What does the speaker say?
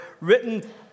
written